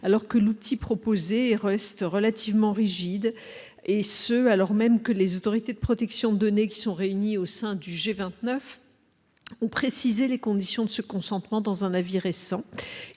alors que l'outil proposé reste relativement rigides et ce, alors même que les autorités de protection données qui sont réunis au sein du G29, ont précisé les conditions ne se concentrant dans un avis récent